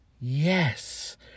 Yes